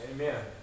Amen